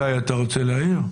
שי, אתה רוצה להעיר?